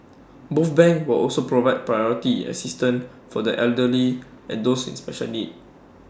both banks will also provide priority assistance for the elderly and those with special needs